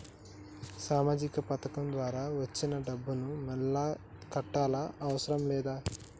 సామాజిక పథకం ద్వారా వచ్చిన డబ్బును మళ్ళా కట్టాలా అవసరం లేదా?